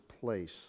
place